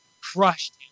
crushed